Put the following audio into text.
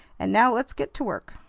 and now let's get to work!